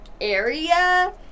area